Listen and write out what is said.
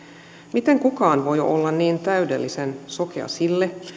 miten kukaan voi olla niin täydellisen sokea sille